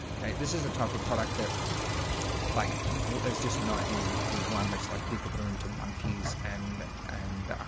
okay. this is a type of product that like there's just an idea you could do one that's like people that are into monkeys and and